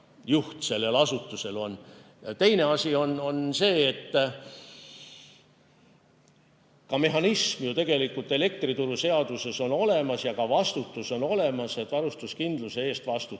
juht sellel asutusel on. Teine asi on see, et mehhanism on ju tegelikult elektrituruseaduses olemas ja ka vastutus on olemas: varustuskindluse eest vastutab